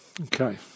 Okay